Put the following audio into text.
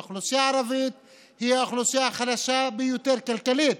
האוכלוסייה הערבית היא האוכלוסייה החלשה ביותר כלכלית,